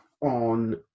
on